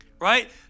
right